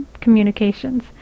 communications